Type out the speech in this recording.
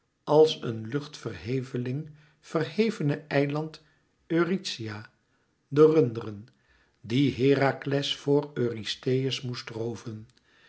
als een luchtverheveling verhevene eiland eurythia de runderen die herakles voor eurystheus moest rooven